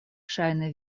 ŝajne